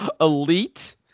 elite